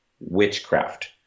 witchcraft